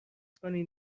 کنین